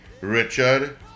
richard